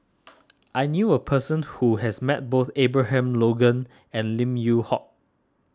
I knew a person who has met both Abraham Logan and Lim Yew Hock